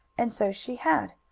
and so she had,